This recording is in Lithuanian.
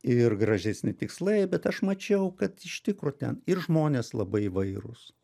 ir gražesni tikslai bet aš mačiau kad iš tikro ten ir žmonės labai įvairūs